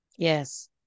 Yes